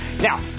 Now